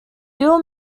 bill